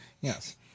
Yes